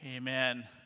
Amen